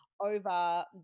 over